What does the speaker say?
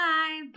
Bye